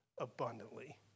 Abundantly